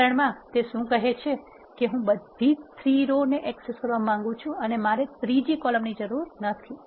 ઉદાહરણમાં તે શું કહે છે કે હું બધી 3 રો ને એક્સેસ કરવા માંગુ છું અને મારે ત્રીજી કોલમની જરૂર નથી